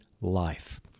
life